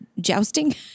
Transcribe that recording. jousting